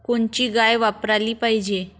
कोनची गाय वापराली पाहिजे?